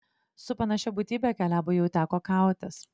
su panašia būtybe kalebui jau teko kautis